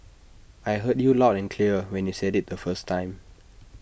I heard you loud and clear when you said IT the first time